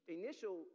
initial